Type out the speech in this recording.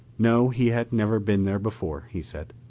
no, he had never been there before, he said.